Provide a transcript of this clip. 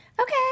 Okay